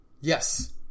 Yes